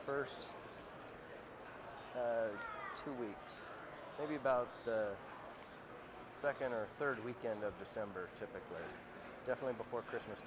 first two weeks will be about the second or third weekend of december typically definitely before christmas